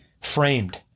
framed